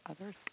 others